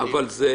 אלוהים.